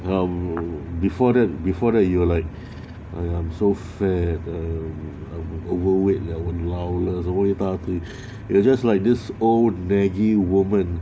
um before that before that you are like !aiya! I'm so fat leh I'm overweight liao 老了什么一大堆 you are just like this old naggy woman